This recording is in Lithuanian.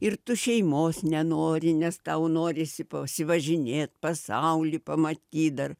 ir tu šeimos nenori nes tau norisi pasivažinėt pasaulį pamatyt dar